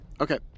Okay